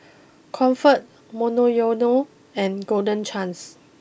Comfort Monoyono and Golden Chance